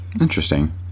interesting